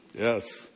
Yes